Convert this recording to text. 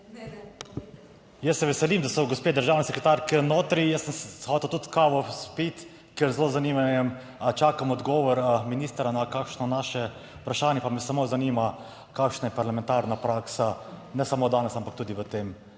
da so, jaz se veselim, da so gospe državne sekretarke notri. Jaz sem hotel tudi kavo piti, ker zelo z zanimanjem čakam odgovor ministra na kakšno naše vprašanje, pa me samo zanima, kakšna je parlamentarna praksa ne samo danes, ampak tudi v tem